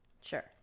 Sure